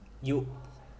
you